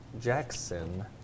Jackson